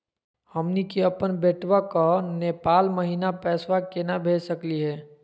हमनी के अपन बेटवा क नेपाल महिना पैसवा केना भेज सकली हे?